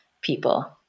people